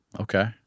Okay